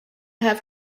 have